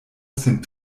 sin